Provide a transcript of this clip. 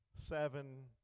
seven